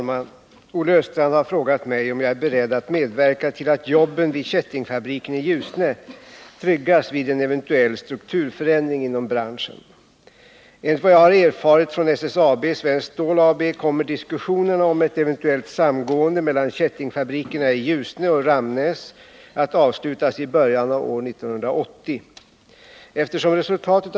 Mellan Svenskt Stål AB och Bulten-Kanthal pågår diskussioner om ett samgående mellan kättingfabrikerna i Ljusne och Ramnäs. Ljusne är redan nu hårt drabbat genom svårigheter inom boardoch plywoodindustrin. Strukturförändringen, som får negativa konsekvenser för sysselsättningen vid kättingfabriken, skulle därför innebära en katastrof för orten.